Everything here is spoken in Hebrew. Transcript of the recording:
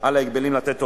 על ההגבלים לתת הוראות,